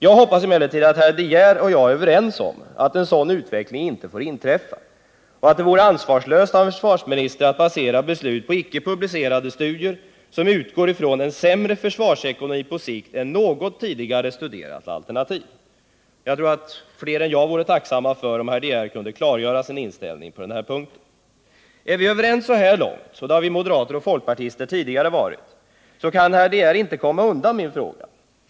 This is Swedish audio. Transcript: Jag hoppas emellertid att herr de Geer och jag är överens om att en sådan utveckling inte får äga rum och att det vore ansvarslöst av en försvarsminister att basera beslut på icke publicerade studier, som utgår från en sämre försvarsekonomi på sikt än något tidigare studerat alternativ. Jag tror att fler än jag vore tacksamma om herr de Geer kunde klargöra sin inställning på den här punkten. Är vi överens så här långt — och det har vi moderater och folkpartister tidigare varit — kan herr de Geer inte komma undan min fråga.